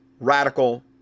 radical